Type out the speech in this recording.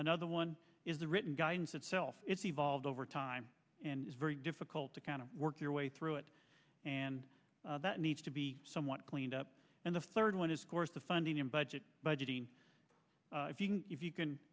another one is the written guidance itself it's evolved over time and it's very difficult to kind of work your way through it and that needs to be somewhat cleaned up and the third one is of course the funding and budget budgeting if you